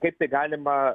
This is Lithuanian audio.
kaip tai galima